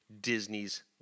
Disney's